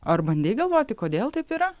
ar bandei galvoti kodėl taip yra